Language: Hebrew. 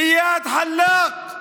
איאד אלחלאק.